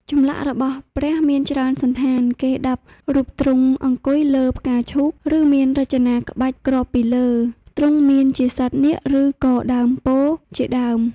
ចម្លាក់របស់ព្រះមានច្រើនសណ្ឋានគេដាប់រូបទ្រង់អង្គុយលើផ្កាឈូកឬមានរចនាក្បាច់ក្របពីលើទ្រង់មានជាសត្វនាគឬក៏ដើមពោធិ៍ជាដើម។